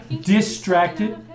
distracted